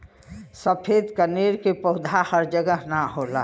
सफ़ेद कनेर के पौधा हर जगह ना होला